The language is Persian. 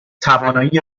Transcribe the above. توانایی